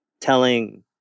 telling